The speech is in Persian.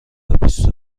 بیست